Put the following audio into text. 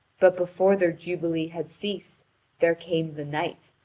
but before their jubilee had ceased there came the knight,